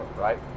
right